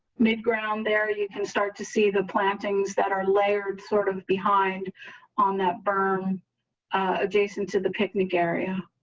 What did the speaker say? mid ground there, you can start to see the plantings that are layered sort of behind on that burn a jason to the picnic area.